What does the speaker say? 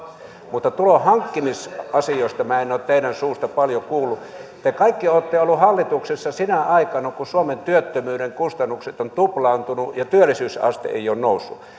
mutta tulonhankkimisasioista minä en ole teidän suusta paljon kuullut te kaikki olette olleet hallituksessa sinä aikana kun suomen työttömyyden kustannukset ovat tuplaantuneet ja työllisyysaste ei ole noussut